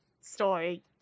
story